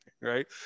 right